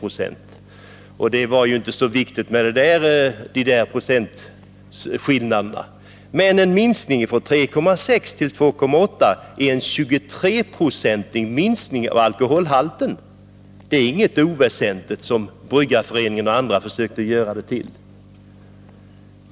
Men Lennart Nilsson tyckte inte att det var så viktigt med de där procentskillnaderna. Men en minskning från 3,6 till 2,8 26 alkoholhalt innebär en 23-procentig minskning. Det är inget oväsentligt, som Bryggareföreningen och andra försökte göra gällande.